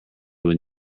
when